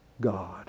God